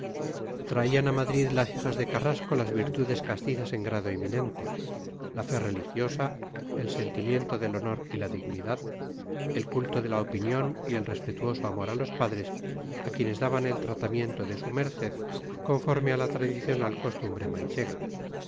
traían a madrid las hijas de carrasco las virtudes castizas en grado eminente la fe religiosa el sentimiento del honor y la dignidad el culto de la opinión y el respetuoso amor a los padres a quienes daban el tratamiento de su merced conforme a la tradicional costumbre manchega